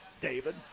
david